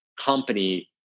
company